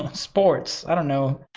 and sports. i don't know,